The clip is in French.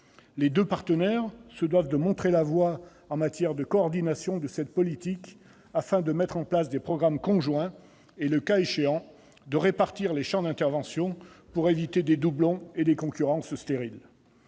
Les deux partenaires se doivent de montrer la voie en matière de coordination de cette politique, afin de mettre en place des programmes conjoints et, le cas échéant, de répartir les champs d'intervention pour éviter les doublons et les concurrences stériles.